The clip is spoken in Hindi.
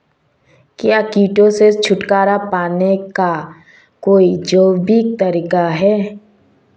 क्या कीटों से छुटकारा पाने का कोई जैविक तरीका है?